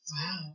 Wow